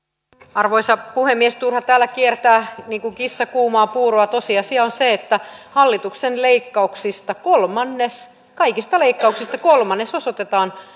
arvoisa puhemies turha täällä kiertää niin kuin kissa kuumaa puuroa tosiasia on se että hallituksen leikkauksista kolmannes kaikista leikkauksista kolmannes osoitetaan